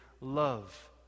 love